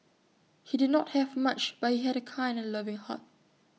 he did not have much but he had A kind and loving heart